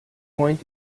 point